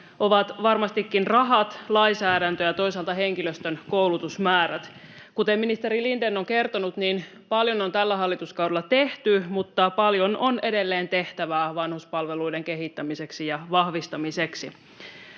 ovat varmastikin rahat, lainsäädäntö ja toisaalta henkilöstön koulutusmäärät. Kuten ministeri Lindén on kertonut, paljon on tällä hallituskaudella tehty, mutta paljon on edelleen tehtävää vanhuspalveluiden kehittämiseksi ja vahvistamiseksi.